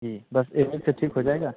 जी बस एक दिन से ठीक हो जाएगा